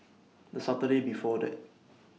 The Saturday before that